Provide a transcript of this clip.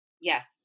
Yes